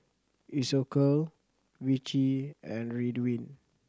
Isocal Vichy and Ridwind